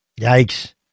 Yikes